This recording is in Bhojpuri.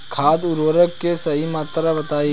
खाद उर्वरक के सही मात्रा बताई?